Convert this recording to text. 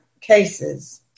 cases